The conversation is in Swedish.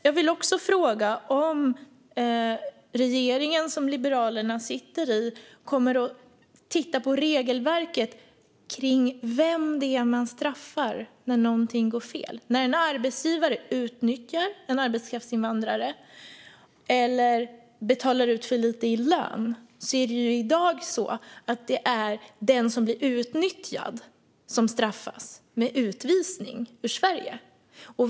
Jag vill också fråga om regeringen, som Liberalerna sitter i, kommer att titta på regelverket kring vem det är man straffar när någonting går fel. När en arbetsgivare utnyttjar en arbetskraftsinvandrare eller betalar ut för lite i lön är det i dag den som blir utnyttjad som straffas med utvisning ur Sverige.